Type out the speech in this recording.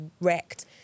wrecked